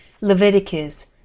Leviticus